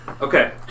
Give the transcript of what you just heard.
Okay